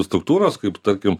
struktūros kaip tarkim